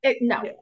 No